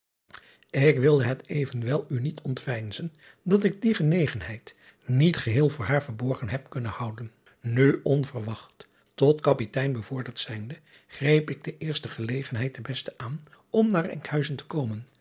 k wil het evenwel u niet ontveinzen dat ik die genegenheid niet geheel voor haar verborgen heb kunnen houden u onverwacht tot apitein bevorderd zijnde greep ik de eerste gelegenheid de beste aan om naar nkhuizen te komen